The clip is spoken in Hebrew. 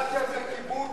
דמוקרטיה זה כיבוד